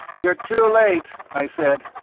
you're too late, i said.